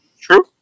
true